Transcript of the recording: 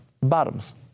bottoms